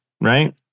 right